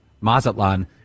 Mazatlan